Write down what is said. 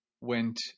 went